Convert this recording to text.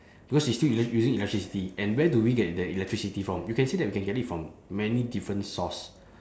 because it's still usi~ using electricity and where do we get the electricity from you can say that we can get it from many different source